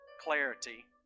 clarity